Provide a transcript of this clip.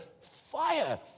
Fire